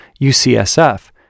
UCSF